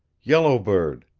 yellow bird,